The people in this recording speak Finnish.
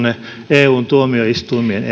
eun tuomioistuimien